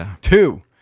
Two